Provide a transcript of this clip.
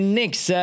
next